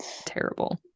terrible